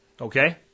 okay